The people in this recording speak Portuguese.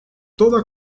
toda